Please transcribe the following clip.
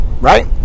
Right